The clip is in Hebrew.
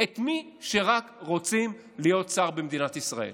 את מי שרק רוצים להיות שר במדינת ישראל.